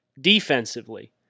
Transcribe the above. Defensively